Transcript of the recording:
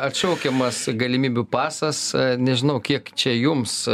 atšaukiamas galimybių pasas nežinau kiek čia jums